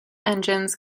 engines